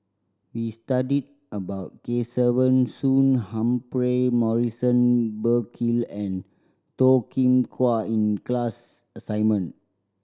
we studied about Kesavan Soon Humphrey Morrison Burkill and Toh Kim Hwa in class assignment